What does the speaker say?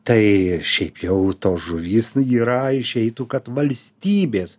tai šiaip jau tos žuvys yra išeitų kad valstybės